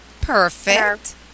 Perfect